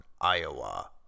Iowa